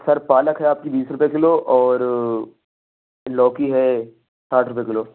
سر پالک ہے آپ کی بیس روپے کلو اور لوکی ہے ساٹھ روپے کلو